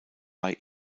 bei